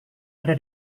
ada